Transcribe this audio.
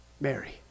Mary